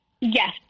Yes